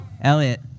Elliot